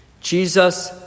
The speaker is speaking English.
Jesus